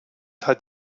hat